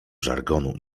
żargonu